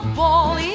ball